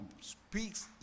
speaks